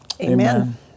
amen